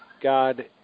God